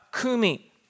kumi